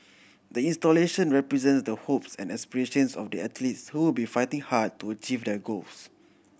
the installation represents the hopes and aspirations of the athletes who be fighting hard to achieve their goals